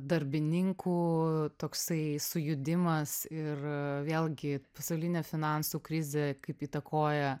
darbininkų toksai sujudimas ir vėlgi pasaulinė finansų krizė kaip įtakoja